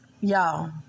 Y'all